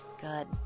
Good